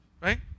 right